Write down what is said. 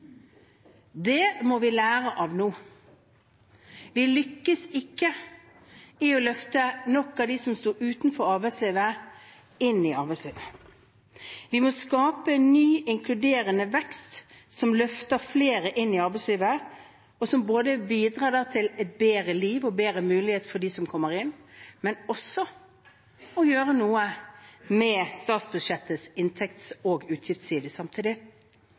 Det må vi lære av nå. Vi lyktes ikke i å løfte nok av dem som sto utenfor arbeidslivet, inn i arbeidslivet. Vi må skape en ny, inkluderende vekst, som løfter flere inn i arbeidslivet, og som bidrar både til et bedre liv og til bedre mulighet for dem som kommer inn, men samtidig også gjøre noe med statsbudsjettets inntekts- og